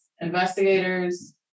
investigators